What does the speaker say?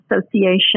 association